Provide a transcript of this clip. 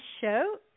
show